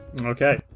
Okay